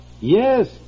Yes